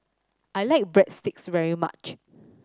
I like Breadsticks very much